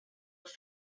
have